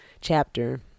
chapter